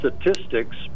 statistics